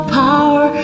power